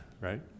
right